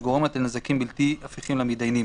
וגורמת לנזקים בלתי הפיכים למתדיינים.